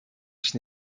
ich